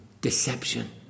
Deception